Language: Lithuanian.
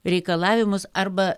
reikalavimus arba